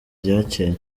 ryacyeye